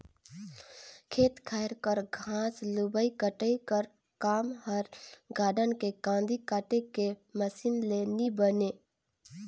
खेत खाएर कर घांस लुबई कटई कर काम हर गारडन के कांदी काटे के मसीन ले नी बने